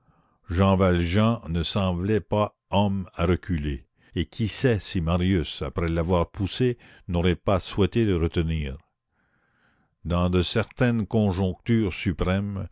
jean valjean ne semblait pas homme à reculer et qui sait si marius après l'avoir poussé n'aurait pas souhaité le retenir dans de certaines conjonctures suprêmes